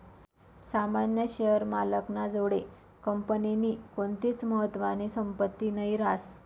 सामान्य शेअर मालक ना जोडे कंपनीनी कोणतीच महत्वानी संपत्ती नही रास